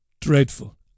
dreadful